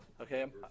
Okay